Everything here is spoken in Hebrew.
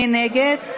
מי נגד?